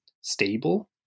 stable